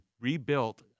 rebuilt